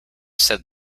said